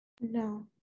no